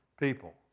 people